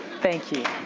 thank you.